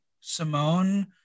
Simone